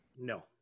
No